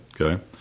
Okay